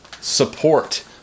support